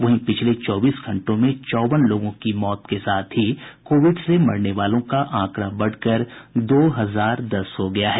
वहीं पिछले चौबीस घंटों में चौवन लोगों की मौत के साथ मरने वालों का आंकड़ा बढ़कर दो हजार दस हो गया है